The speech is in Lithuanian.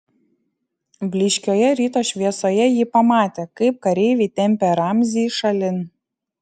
blyškioje ryto šviesoje ji pamatė kaip kareiviai tempia ramzį šalin